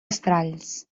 estralls